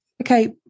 Okay